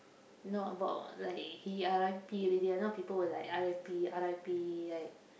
no about like he R_I_P already you know people will like R_I_P R_I_P right